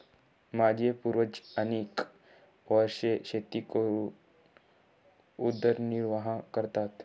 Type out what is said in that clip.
माझे पूर्वज अनेक वर्षे शेती करून उदरनिर्वाह करतात